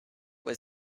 was